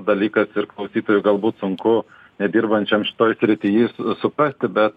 dalykas ir klausytojui galbūt sunku nedirbančiam šitoj srity suprasti bet